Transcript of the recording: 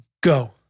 Go